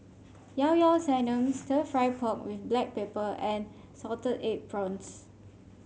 Llao Llao Sanum stir fry pork with Black Pepper and Salted Egg Prawns